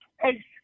Hey